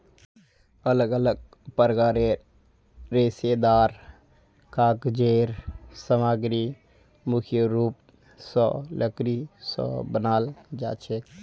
अलग अलग प्रकारेर रेशेदार कागज़ेर सामग्री मुख्य रूप स लकड़ी स बनाल जाछेक